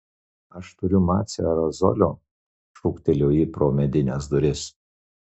aš turiu mace aerozolio šūktelėjo ji pro medines duris